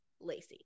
Lacey